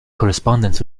correspondence